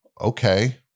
Okay